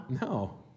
No